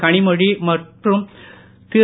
கனிமொழி மற்றும் திரு